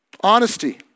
Honesty